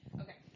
Okay